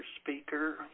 speaker